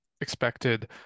expected